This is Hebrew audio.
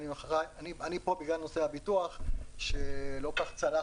אני פה בגלל נושא הביטוח שלא כל כך צלח